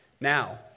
Now